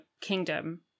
kingdom